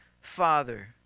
Father